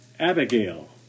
Abigail